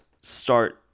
start